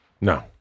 No